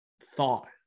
thought